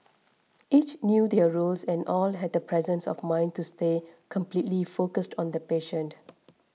each knew their roles and all had the presence of mind to stay completely focused on the patient